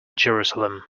jerusalem